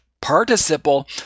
participle